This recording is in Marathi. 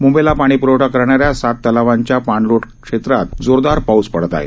मुंबईला पाणी प्रवठा करणाऱ्या सात तलावांच्या पाणलोट क्षेत्रात जोरदार पाऊस पडत आहे